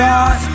God